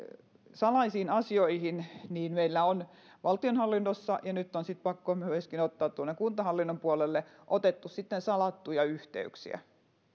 salaisiin asioihin meillä on valtionhallinnossa ja nyt on sitten pakko ottaa myöskin tuonne kuntahallinnon puolelle otettu salattuja yhteyksiä